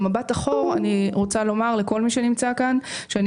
במבט לאחור אני רוצה לומר לכל מי שנמצא כאן שאני